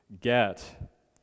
get